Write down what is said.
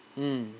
mm